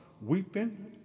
weeping